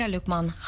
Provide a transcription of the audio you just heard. Lukman